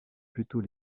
plutôt